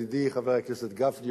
ידידי חבר הכנסת גפני,